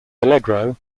allegro